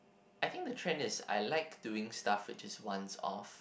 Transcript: I think the trend is I like doing stuff which is once off